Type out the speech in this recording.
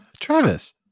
Travis